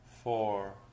Four